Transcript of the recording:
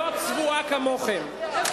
לא צבועה כמוכם, איפה התמיכה?